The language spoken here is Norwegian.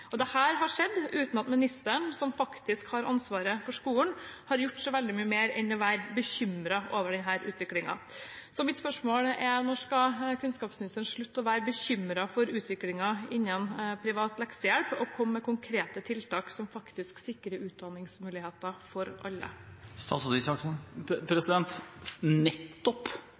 Og dette har skjedd uten at ministeren, som faktisk har ansvaret for skolen, har gjort så veldig mye mer enn å være bekymret over denne utviklingen. Så mitt spørsmål er: Når skal kunnskapsministeren slutte å være bekymret for utviklingen innen privat leksehjelp og komme med konkrete tiltak som faktisk sikrer utdanningsmuligheter for